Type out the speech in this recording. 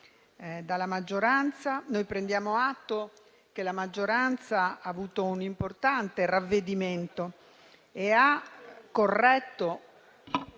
Noi prendiamo atto che la maggioranza ha avuto un importante ravvedimento. Dopo